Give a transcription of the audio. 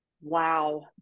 wow